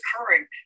occurring